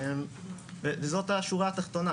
זאת השורה התחתונה